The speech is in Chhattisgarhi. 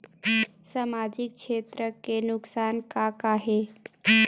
सामाजिक क्षेत्र के नुकसान का का हे?